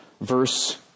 verse